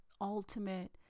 ultimate